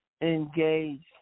engage